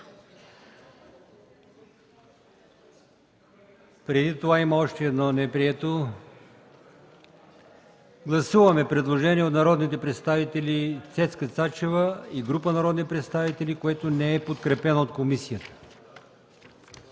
което не е подкрепено. Гласуваме предложение от народния представител Цецка Цачева и група народни представители, което не е подкрепено от комисията.